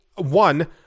One